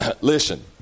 Listen